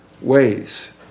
ways